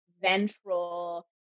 ventral